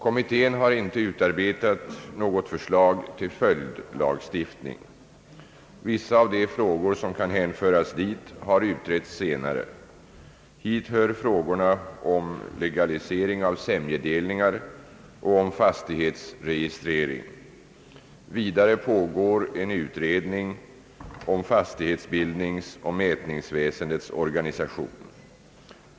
Kommittén har inte utarbetat något förslag till följdlagstiftning. Vissa av de frågor som kan hänföras dit har utretts senare. Hit hör frågorna om legalisering av sämjedelningar och om fastighetsregistrering. Vidare pågår en utredning om fastighetsbildningsoch mätningsväsendets organisation.